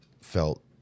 felt